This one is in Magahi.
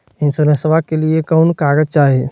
इंसोरेंसबा के लिए कौन कागज चाही?